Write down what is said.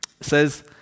says